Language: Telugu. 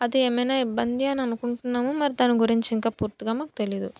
అది ఏమైనా ఇబ్బంది అని అనుకుంటున్నాము మరి దాని గురించి ఇంకా పూర్తిగా మాకు తెలియదు